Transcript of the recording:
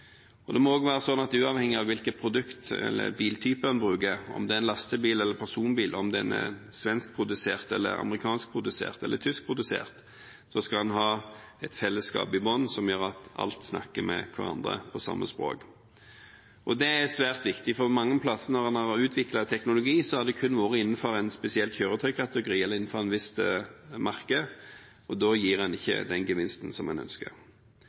Det må også være slik at uavhengig av hvilken biltype en bruker, om det er en lastebil eller en personbil, om den er svenskprodusert, amerikanskprodusert eller tyskprodusert, skal en ha et fellesskap i bunnen som gjør at alt snakker med hverandre på samme språk. Det er svært viktig, for mange steder når en har utviklet teknologi, har det kun vært innenfor en spesiell kjøretøykategori, eller innenfor et visst merke, og da gir det ikke den gevinsten som en ønsker.